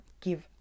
give